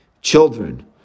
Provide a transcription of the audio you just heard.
children